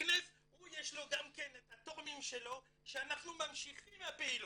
שיש לה גם את התורמים שלה שאנחנו ממשיכים עם הפעילות.